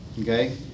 Okay